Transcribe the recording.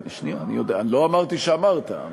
לא אמרתי שאמרת.